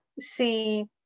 see